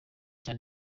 cyane